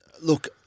Look